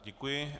Děkuji.